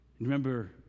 Remember